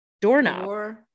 doorknob